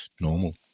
normal